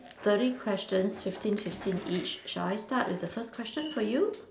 thirty question fifteen fifteen each shall I start with the first question for you